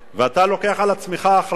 ואתה לוקח על עצמך אחריות,